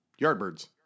Yardbirds